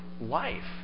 life